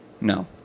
no